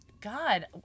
God